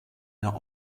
der